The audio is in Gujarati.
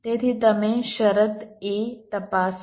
તેથી તમે શરત a તપાસો